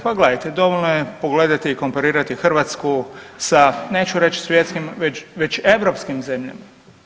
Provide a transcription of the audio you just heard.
Pa gledajte, dovoljno je pogledati i komparirati Hrvatsku sa, neću reći svjetskim već europskim zemljama.